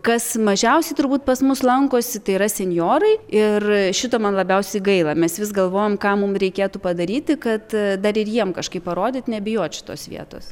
kas mažiausiai turbūt pas mus lankosi tai yra senjorai ir šito man labiausiai gaila mes vis galvojam ką mum reikėtų padaryti kad dar ir jiem kažkaip parodyti nebijot šitos vietos